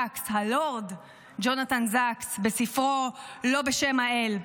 הלורד ג'ונתן זקס בספרו "לא בשם האל":